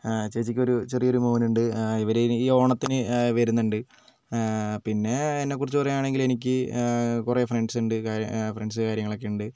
ചേച്ചിക്കൊരു ചെറിയൊരു മോനുണ്ട് ഇവർ ഈ ഓണത്തിന് വരുന്നുണ്ട് പിന്നെ എന്നെക്കുറിച്ച് പറയുകാണെങ്കിൽ എനിക്ക് കുറെ ഫ്രണ്ട്സ് ഉണ്ട് ഫ്രണ്ട്സ് കാര്യങ്ങളൊക്കെയുണ്ട്